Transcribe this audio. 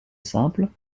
simple